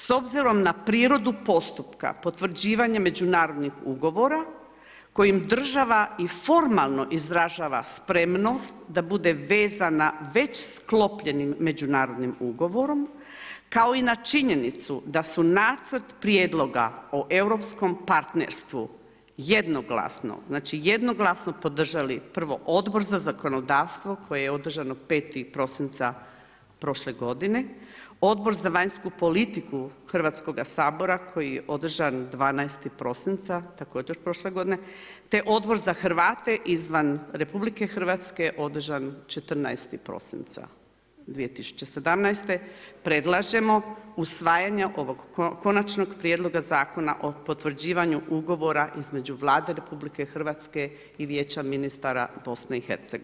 S obzirom na prirodu postupka potvrđivanje međunarodnih ugovora kojim država i formalno izražava spremnost da bude vezana već sklopljenim međunarodnim ugovorom kao i činjenicu da su Nacrt prijedloga o europskom partnerstvu jednoglasno, znači jednoglasno podržali prvo Odbor za zakonodavstvo koje održano 5. prosinca prošle godine, Odbor za vanjsku politiku Hrvatskoga sabora koji je održan 12. prosinca također prošle godine te Odbor za Hrvate izvan RH održan 14. prosinca 2017., predlažemo usvajanje ovog Konačnog prijedloga Zakona o potvrđivanju ugovora između Vlade i Vijeća ministara BiH.